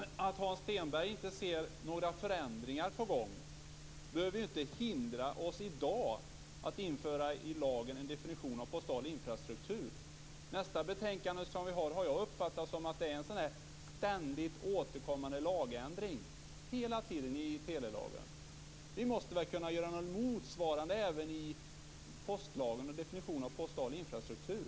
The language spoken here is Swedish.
Fru talman! Att Hans Stenberg inte ser att några förändringar är på gång behöver ju inte hindra oss i dag att i lagen införa en definition av begreppet postal infrastruktur. I fråga om nästa betänkande som skall tas upp här i dag har jag uppfattat att ändringar i telelagen är ständigt återkommande lagändringar. Vi måste väl kunna göra motsvarande i postlagen när det gäller definitionen av begreppet postal infrastruktur.